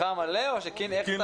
עכשיו.